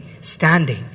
standing